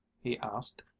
he asked,